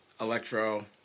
electro